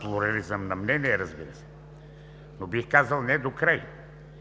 плурализъм на мнения, разбира се, но, бих казал, не докрай.